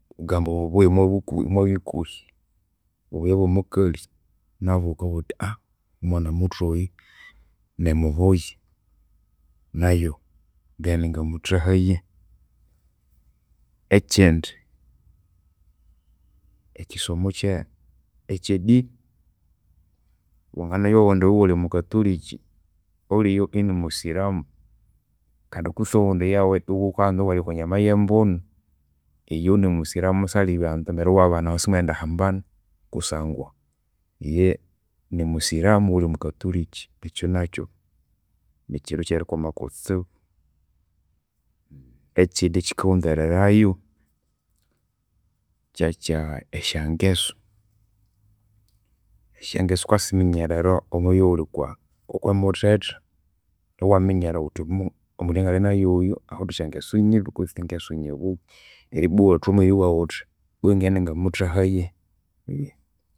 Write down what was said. Kugamba obubuya omwabu omwabikuhi. Obuyaya obwomukali nabu ghakabugha ghuthi omwana muthwa oyu nimubuya, nayu naghende ngamuthahaye. Ekyindi, ekyisomo ekye ekye dini. Wanginabya obundi iwe ighuli mukatoliki olya iyo inimusilamu kandi kwitsi obundi yawe ighukanza iwalya okwanyama yembunu, iyo inimusilamu isalibyanza neryo iwabana isimwendihambana kusangwa iye nimusilamu iwe ghuli mukatoliki. Ekyunakyu nikyindu ekyerikwama kutsibu. Ekyindi ekyikaghunzererayo kyekya esyangesu. Esyangesu ghukasiminyerera wamabya ighuli okwimuthetha. Iwaminyerera ghuthi omundu eyangali nayu oyu awithe esyangesu nyibi kwitsi esyangesu nyibuya. Neribwa iwathwamu eribugha ghuthi oyu ngaghende ngamuthahaye.